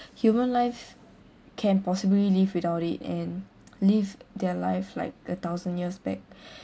human life can possibly live without it and live their life like a thousand years back